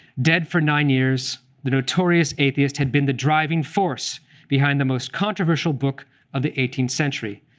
dead for nine years, the notorious atheist had been the driving force behind the most controversial book of the eighteenth century,